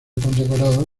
condecorado